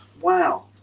Wow